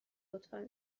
لطفا